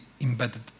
Embedded